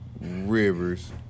Rivers